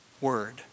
word